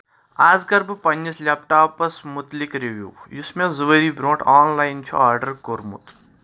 آز کر بہٕ پنٕنِس لیپٹاپَس مُتلِق رِوِیو یُس مےٚ زٕ ؤری برونٛٹھ آنلاین چھُ آرڈر کوٚرمُت